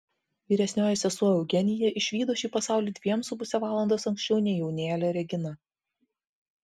vyresnioji sesuo eugenija išvydo šį pasaulį dviem su puse valandos anksčiau nei jaunėlė regina